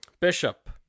Bishop